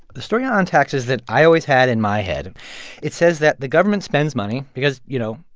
the story on taxes that i always had in my head it says that the government spends money because, you know,